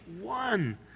one